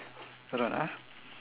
hold on ah